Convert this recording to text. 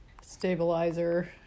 stabilizer